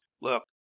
look